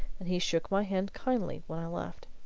and he shook my hand kindly when i left.